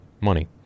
money